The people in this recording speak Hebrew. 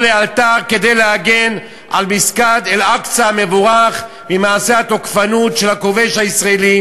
לאלתר כדי להגן על מסגד אל-אקצא המבורך ממעשה התוקפנות של הכובש הישראלי